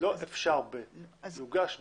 לא אפשר ב- אלא יוגש ב-.